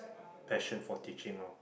passion for teaching lor